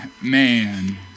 man